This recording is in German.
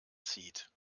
zieht